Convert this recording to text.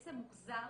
בעצם מוחזר